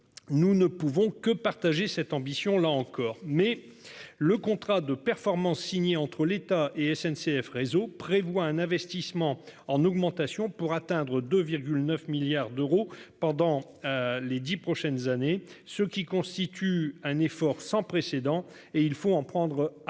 Nous ne pouvons que partager cette ambition là encore mais le contrat de performance signé entre l'état et SNCF réseau prévoit un investissement en augmentation pour atteindre 2,9 milliards d'euros pendant. Les 10 prochaines années, ce qui constitue un effort sans précédent et il faut en prendre acte.